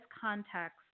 context